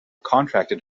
contracted